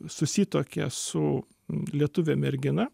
susituokia su lietuvė mergina